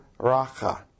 racha